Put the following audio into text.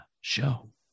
show